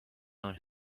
own